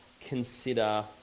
consider